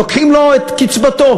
לוקחים לו את קצבתו.